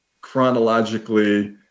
chronologically